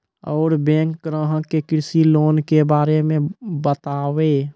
और बैंक ग्राहक के कृषि लोन के बारे मे बातेबे?